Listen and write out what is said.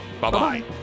Bye-bye